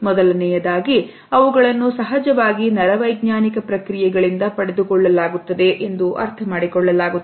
ಮೊದಲನೆಯದಾಗಿ ಅವುಗಳನ್ನು ಸಹಜವಾಗಿ ನರವೈಜ್ಞಾನಿಕ ಪ್ರಕ್ರಿಯೆಗಳಿಂದ ಪಡೆದುಕೊಳ್ಳಲಾಗುತ್ತದೆ ಅರ್ಥಮಾಡಿಕೊಳ್ಳಲಾಗುತ್ತದೆ